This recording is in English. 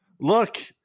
Look